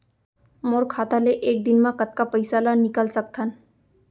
मोर खाता ले एक दिन म कतका पइसा ल निकल सकथन?